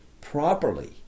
properly